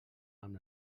amb